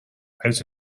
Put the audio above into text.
out